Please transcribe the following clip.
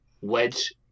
wedge